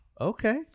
Okay